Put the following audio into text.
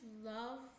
love